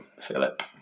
Philip